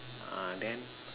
uh then